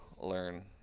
learn